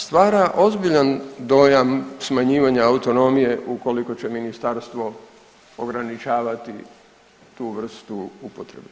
Stvara ozbiljan dojam smanjivanja autonomije ukoliko će ministarstvo ograničavati tu vrstu upotrebe.